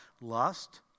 lust